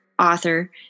Author